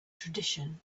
tradition